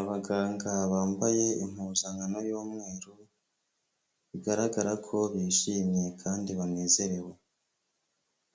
Abaganga bambaye impuzankano y'umweru, bigaragara ko bishimye kandi banezerewe